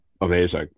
amazing